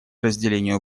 разделению